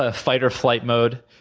ah fight or flight mode,